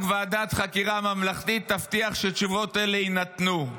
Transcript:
רק ועדת חקירה ממלכתית תבטיח שתשובות אלו יינתנו.